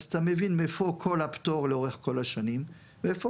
אז אתה מבין מאיפה כל הפטור לאורך כל השנים ואיפה